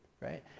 right